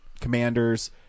commanders